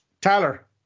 Tyler